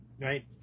right